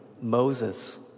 Moses